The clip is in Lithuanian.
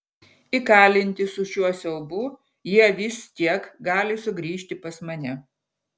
įkalinti su šiuo siaubu jie vis tiek gali sugrįžti pas mane